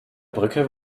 brücke